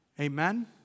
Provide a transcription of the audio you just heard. Amen